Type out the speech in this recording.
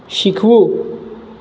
શીખવું